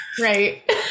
Right